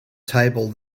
table